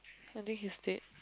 I think he is dead